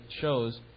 shows